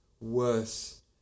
worse